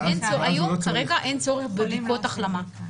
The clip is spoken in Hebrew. כרגע, אין צורך בבדיקות החלמה.